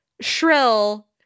Shrill